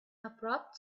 abrupt